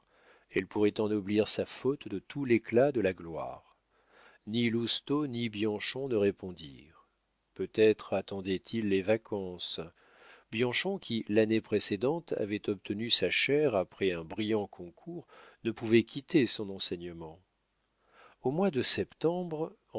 elle pourrait ennoblir sa faute de tout l'éclat de la gloire ni lousteau ni bianchon ne répondirent peut-être attendaient ils les vacances bianchon qui l'année précédente avait obtenu sa chaire après un brillant concours ne pouvait quitter son enseignement au mois de septembre